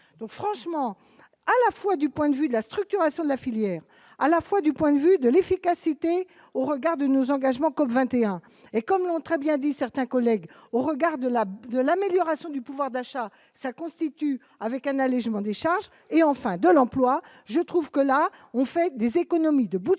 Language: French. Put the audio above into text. donc franchement à la fois du point de vue de la structuration de la filière, à la fois du point de vue de l'efficacité au regard de nos engagements, comme 21 et comme l'ont très bien dit, certains collègues au regard de la de la amélioration du pouvoir d'achat, ça constitue avec un allégement des charges et enfin de l'emploi, je trouve que là, on fait des économies de bouts